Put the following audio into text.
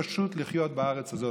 פשוט לחיות בארץ הזאת.